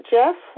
Jeff